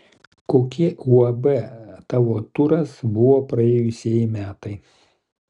kokie uab tavo turas buvo praėjusieji metai